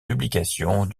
publications